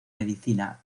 medicina